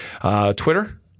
Twitter